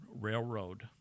Railroad